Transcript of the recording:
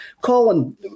Colin